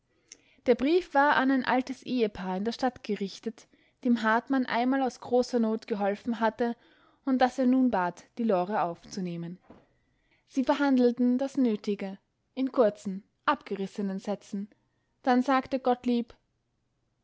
der brief war an ein altes ehepaar in der stadt gerichtet dem hartmann einmal aus großer not geholfen hatte und das er nun bat die lore aufzunehmen sie verhandelten das nötige in kurzen abgerissenen sätzen dann sagte gottlieb